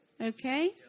Okay